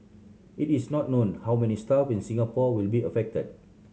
it is not known how many staff in Singapore will be affected